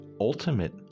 ultimate